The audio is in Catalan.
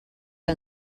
que